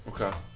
Okay